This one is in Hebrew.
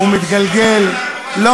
והוא מתגלגל, פחדת מהלשון שלו?